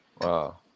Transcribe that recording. wow